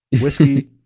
Whiskey